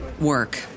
work